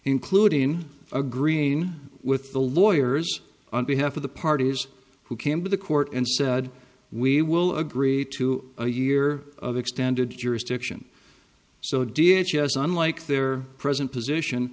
including agreeing with the lawyers on behalf of the parties who came to the court and said we will agree to a year of extended jurisdiction so d h as unlike their present position